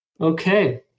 Okay